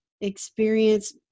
experience